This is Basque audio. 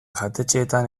jatetxeetan